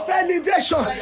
elevation